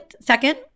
second